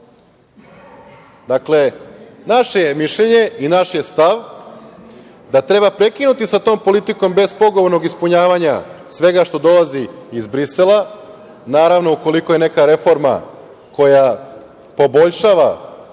dalje. Dakle, naše je mišljenje i naš je stav da treba prekinuti sa tom politikom bespogovornog ispunjavanja svega što dolazi iz Brisela. Naravno, ukoliko je neka reforma koja poboljšava